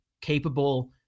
capable